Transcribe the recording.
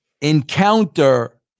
encounter